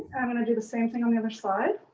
i'm gonna do the same thing on the other side.